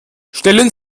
stellen